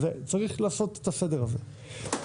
צריך לעשות את הסדר הזה.